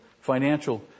financial